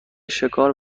شکار